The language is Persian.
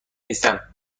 نیستم